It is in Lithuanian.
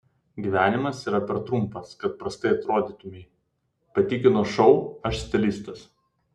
gyvenimas yra per trumpas kad prastai atrodytumei patikina šou aš stilistas